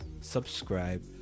subscribe